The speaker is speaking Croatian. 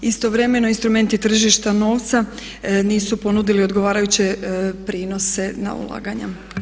Istovremeno instrumenti tržišta novca nisu ponudili odgovarajuće prinose na ulaganja.